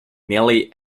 nearly